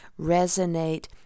resonate